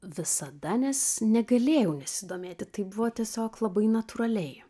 visada nes negalėjau nesidomėti tai buvo tiesiog labai natūraliai